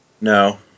No